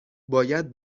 باید